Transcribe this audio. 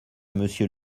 monsieur